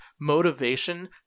motivation